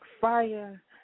fire